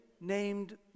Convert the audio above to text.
named